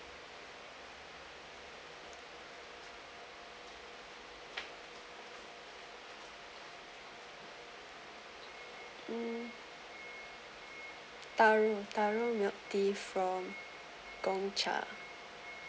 um taro taro milk tea from gong-cha